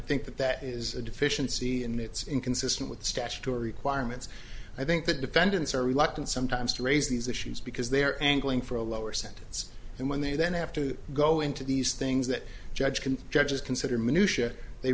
think that that is a deficiency and it's inconsistent with statutory requirements i think that defendants are reluctant sometimes to raise these issues because they're angling for a lower sentence and when they then have to go into these things that judge can judges consider minutia they